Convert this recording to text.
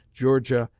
georgia,